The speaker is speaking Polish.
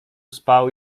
spał